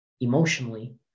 emotionally